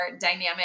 dynamic